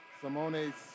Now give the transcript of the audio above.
Simone's